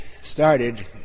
started